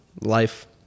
life